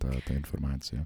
tą tą informaciją